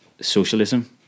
socialism